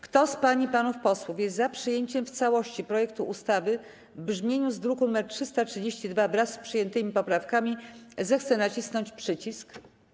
Kto z pań i panów posłów jest za przyjęciem projektu ustawy w brzmieniu z druku nr 332, wraz z przyjętymi poprawkami, zechce nacisnąć przycisk.